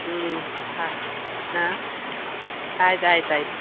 ಹ್ಞೂ ಹಾಂ ಹಾಂ ಆಯ್ತು ಆಯ್ತು ಆಯಿತು